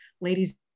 ladies